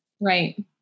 right